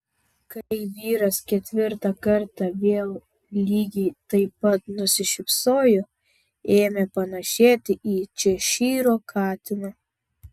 kai vyras ketvirtą kartą vėl lygiai taip pat nusišypsojo ėmė panašėti į češyro katiną